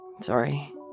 sorry